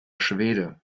schwede